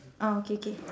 ah okay K